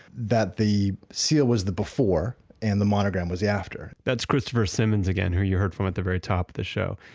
that the seal was the before and the monogram was after that's christopher simmons again, who you heard from at the very top of the show.